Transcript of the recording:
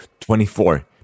24